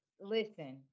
listen